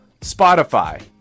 Spotify